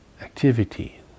activity